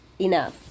Enough